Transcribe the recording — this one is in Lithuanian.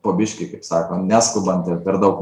po biškį kaip sako neskubant ir per daug